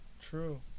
True